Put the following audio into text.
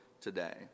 today